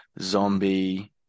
Zombie